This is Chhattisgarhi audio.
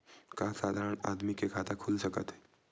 का साधारण आदमी के खाता खुल सकत हे?